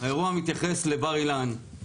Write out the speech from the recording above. האירוע מתייחס לרחוב בר אילן,